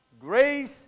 Grace